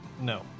No